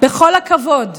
בכל הכבוד,